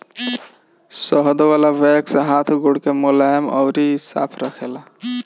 शहद वाला वैक्स हाथ गोड़ के मुलायम अउरी साफ़ रखेला